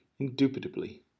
indubitably